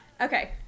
okay